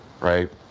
right